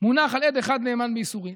מונח על "עד אחד נאמן באיסורין",